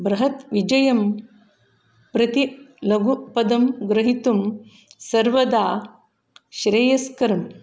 बृहत् विजयं प्रति लघुपदं गृहीतुं सर्वदा श्रेयस्करम्